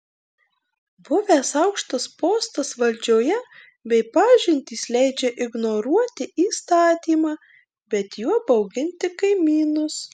buvęs aukštas postas valdžioje bei pažintys leidžia ignoruoti įstatymą bet juo bauginti kaimynus